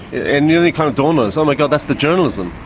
it newly kind of dawned on us, oh my god, that's the journalism.